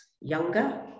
younger